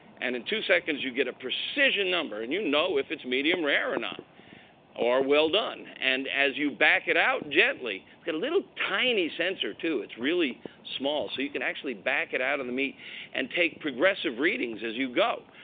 and in two seconds, you get a percentage number. and you know if it's medium rare or not or well-done. and as you back it out gently it's got a little tiny sensor too. it's really small. so you can actually back it out of the meat and take progressive readings as you go.